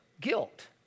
guilt